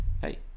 hey